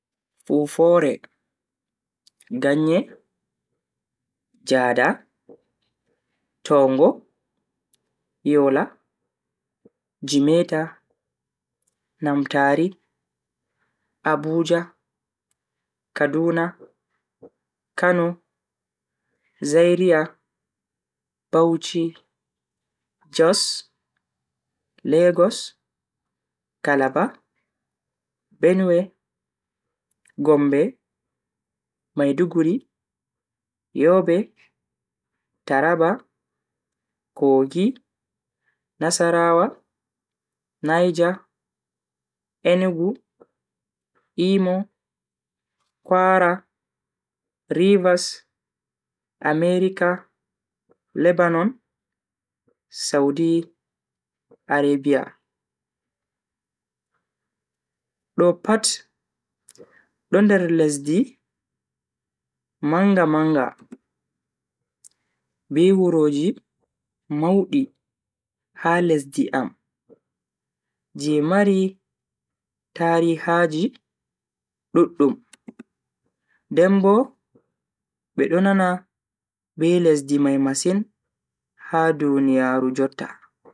fufore, ganye, jada, toungo, yola, jimeta, namtaari, abuja, kaduna, kano, zairia, bauchi, jos, lagos, calabar, benue, gombe, maiduguri, yobe, taraba, kogi, nasarawa, niger, enugu, imo, kwara, rivers, america, lebanon, saudi arabia. Do pat do nder lesdi manga manga be wuroji maudi ha lesdi am je mari tarihaji duddum. den bo be do nana be lesdi mai masin ha duniyaaru jotta.